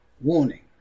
Warning